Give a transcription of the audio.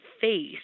face